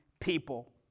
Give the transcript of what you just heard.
people